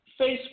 Facebook